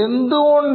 എന്തുകൊണ്ട്